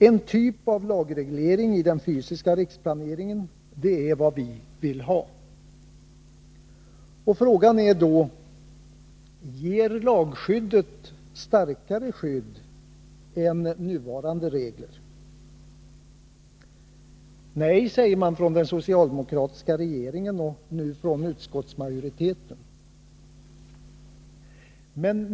En typ av lagreglering i den fysiska riksplaneringen är vad vi vill ha. Frågan är dock: Ger lagskyddet starkare skydd än nuvarande regler? Nej, säger man bl.a. från den socialdemokratiska regeringens och från utskottsmajoritetens sida.